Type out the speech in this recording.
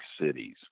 cities